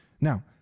Now